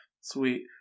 Sweet